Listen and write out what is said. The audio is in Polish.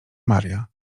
maria